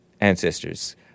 Ancestors